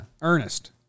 Ernest